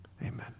Amen